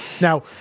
Now